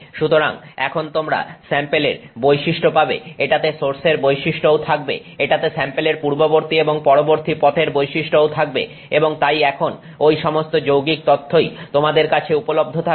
সুতরাং এখন তোমরা স্যাম্পেলের বৈশিষ্ট্য পাবে এটাতে সোর্সের বৈশিষ্ট্যও থাকবে এটাতে স্যাম্পেলের পূর্ববর্তী এবং পরবর্তী পথের বৈশিষ্ট্যও থাকবে এবং তাই এখন ঐ সমস্ত যৌগিক তথ্যই তোমাদের কাছে উপলব্ধ থাকবে